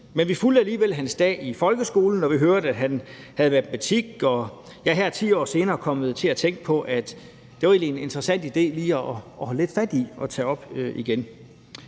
men vi fulgte alligevel hans dag i folkeskolen, og vi hørte, at han havde matematik, og jeg er her 10 år senere kommet til at tænke på, at det egentlig var en interessant idé lige at holde